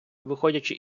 виходячи